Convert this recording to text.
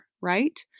Right